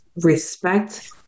respect